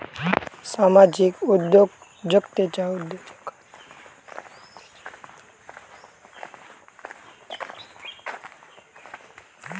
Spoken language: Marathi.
सामाजिक उद्योजकतेच्या माध्यमातना समाजात अनेक सुधारणा घडवुन आणता येतत